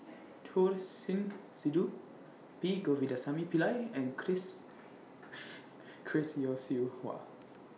Choor Singh Sidhu P Govindasamy Pillai and Chris Chris Yeo Siew Hua